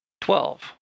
twelve